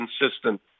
consistent